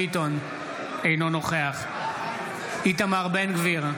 אינו נוכח איתמר בן גביר,